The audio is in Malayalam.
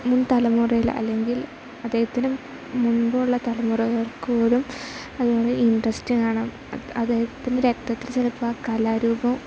മുൻ തലമുറയിൽ അല്ലെങ്കിൽ അദ്ദേഹത്തിനും മുൻപുള്ള തലമുറകൾക്കുപോലും അതുപോലെ ഇൻട്രസ്റ്റ് കാണും അദ്ദേഹത്തിൻ്റെ രക്തത്തിൽ ചിലപ്പം ആ കലാരൂപം